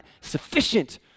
sufficient